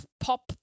Pop